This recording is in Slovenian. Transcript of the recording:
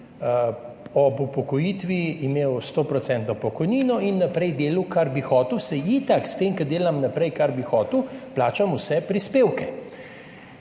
ob upokojitvi imel stoodstotno pokojnino in naprej delal, kar bi hotel, saj itak s tem, ko delam naprej, kar bi hotel, plačam vse prispevke.